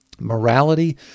Morality